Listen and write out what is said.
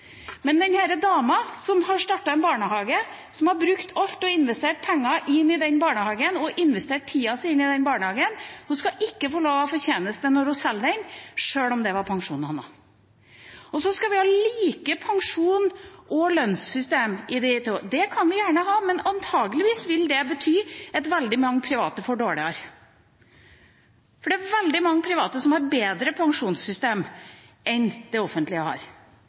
Men den dama som har startet en barnehage og brukt alt, investert penger i og tida si på den barnehagen, skal ikke få lov til å få fortjeneste når hun selger den, sjøl om det er pensjonen hennes. Og så skal vi ha likt pensjons- og lønnssystem her for disse – det kan vi gjerne ha – men antakeligvis vil det bety at veldig mange private får det dårligere, for det er veldig mange private som har bedre pensjonssystem enn det offentlige.